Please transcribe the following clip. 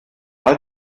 all